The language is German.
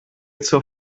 zur